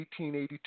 1882